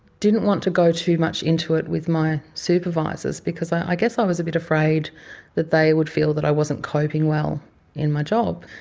didn't want to go too much into it with my supervisors because i guess i was a bit afraid that they would feel that i wasn't coping well in my job.